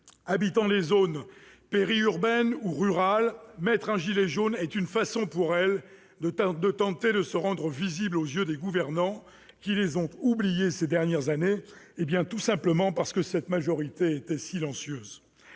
habitant les zones périurbaines ou rurales, pour elles, mettre un gilet jaune est une façon de tenter de se rendre visibles aux yeux des gouvernants qui les ont oubliées ces dernières années, simplement parce que cette majorité était silencieuse.